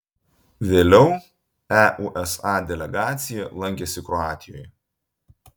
vėliau eusa delegacija lankėsi kroatijoje